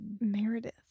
meredith